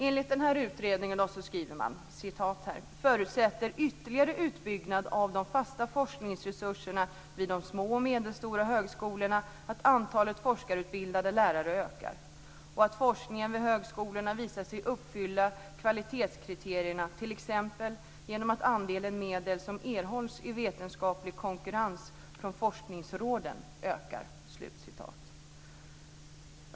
Enligt utredningen förutsätts ytterligare utbyggnad av de fasta forskningsresurserna vid de små och medelstora högskolorna och att antalet forskarutbildade lärare ökar. Forskningen vid högskolorna visar sig uppfylla kvalitetskriterierna, t.ex. genom att andelen medel som erhålls i vetenskaplig konkurrens från forskningsråden ökar.